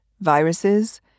viruses